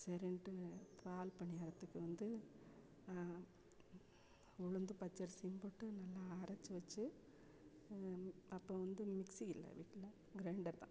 சரின்னுட்டு பால் பணியாரத்துக்கு வந்து உளுந்து பச்சரிசியும் போட்டு நல்லா அரைச்சி வெச்சி அப்போ வந்து மிக்ஸி இல்லை வீட்டில் க்ரைண்டர் தான்